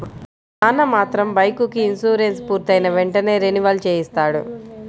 మా నాన్న మాత్రం బైకుకి ఇన్సూరెన్సు పూర్తయిన వెంటనే రెన్యువల్ చేయిస్తాడు